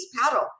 Paddle